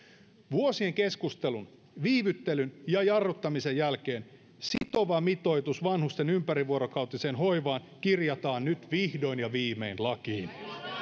vuosien keskustelun viivyttelyn ja jarruttamisen jälkeen sitova mitoitus vanhusten ympärivuorokautiseen hoivaan kirjataan nyt vihdoin ja viimein lakiin